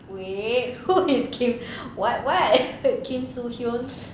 wait who is kim what why is kim soo hyun